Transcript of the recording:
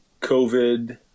COVID